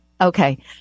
okay